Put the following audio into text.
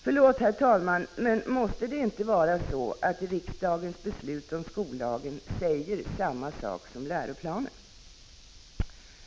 Förlåt, herr talman, men måste det inte vara så att riksdagens beslut om skollagen säger samma sak som läroplanen?